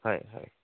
হয় হয়